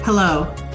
Hello